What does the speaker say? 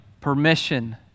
permission